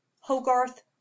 Hogarth